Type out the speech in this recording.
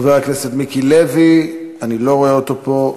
חבר הכנסת מיקי לוי, אני לא רואה אותו פה.